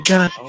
God